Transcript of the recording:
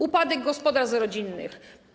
Upadek gospodarstw rodzinnych.